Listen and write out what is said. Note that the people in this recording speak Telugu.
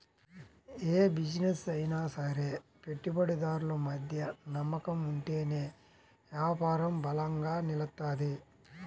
యే బిజినెస్ అయినా సరే పెట్టుబడిదారులు మధ్య నమ్మకం ఉంటేనే యాపారం బలంగా నిలుత్తది